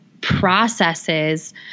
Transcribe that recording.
processes